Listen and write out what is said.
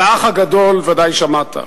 על "האח הגדול" ודאי שמעת.